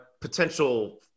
potential